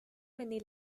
many